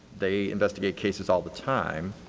they investigate cases all the time.